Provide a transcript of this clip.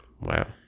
Wow